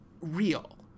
real